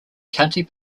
county